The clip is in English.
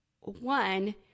One